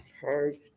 hard